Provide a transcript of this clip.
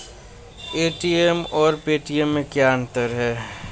ATM और Paytm में क्या अंतर है?